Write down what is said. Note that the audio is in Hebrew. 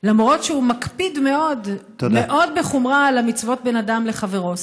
למרות שהוא מקפיד מאוד מאוד בחומרה על המצוות שבין אדם וחברו.